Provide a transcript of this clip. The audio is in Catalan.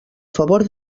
favor